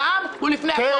והעם הוא לפני הכול.